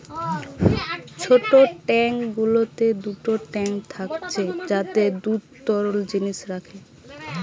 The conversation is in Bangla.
ছোট ট্যাঙ্ক গুলোতে দুটো ট্যাঙ্ক থাকছে যাতে দুধ তরল জিনিস রাখে